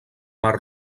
mar